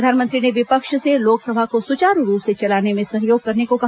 प्रधानमंत्री ने विपक्ष से लोकसभा को सुचारु रूप से चलाने में सहयोग करने को कहा